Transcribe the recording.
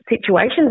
situations